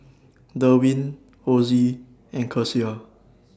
Derwin Ozie and Kecia